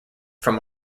from